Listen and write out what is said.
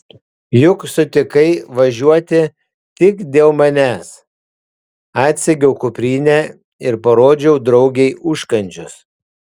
juk sutikai važiuoti tik dėl manęs atsegiau kuprinę ir parodžiau draugei užkandžius